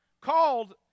called